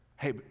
Hey